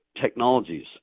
Technologies